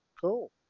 Cool